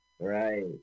Right